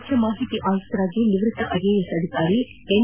ಮುಖ್ಯ ಮಾಹಿತಿ ಆಯುಕ್ತರಾಗಿ ನಿವೃತ್ತ ಐಎಎಸ್ ಅಧಿಕಾರಿ ಎನ್